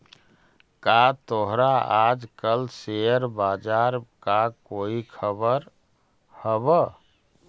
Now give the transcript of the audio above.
का तोहरा आज कल शेयर बाजार का कोई खबर हवअ